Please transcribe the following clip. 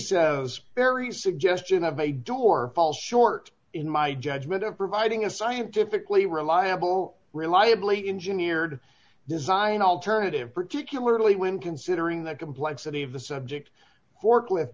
very suggestion of a door fall short in my judgment of providing a scientifically reliable reliably engineered design alternative particularly when considering the complexity of the subject forklift